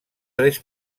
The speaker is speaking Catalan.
tres